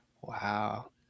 wow